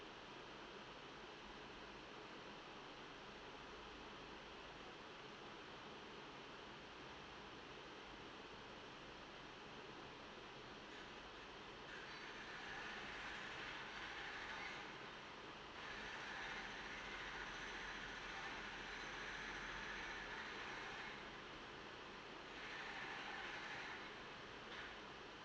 uh